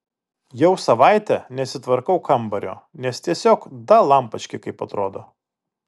jau savaitę nesitvarkau kambario nes tiesiog dalampački kaip atrodo